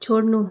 छोड्नु